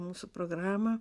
mūsų programą